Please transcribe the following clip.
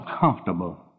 comfortable